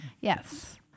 Yes